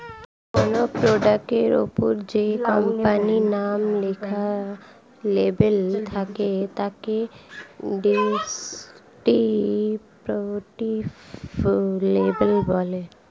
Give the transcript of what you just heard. কোনো প্রোডাক্টের ওপরে যে কোম্পানির নাম লেখা লেবেল থাকে তাকে ডেসক্রিপটিভ লেবেল বলে